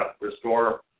restore